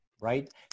right